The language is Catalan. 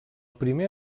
primer